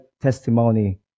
testimony